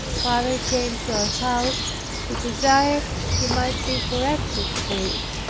father came to our house to desire he might be corrected for it.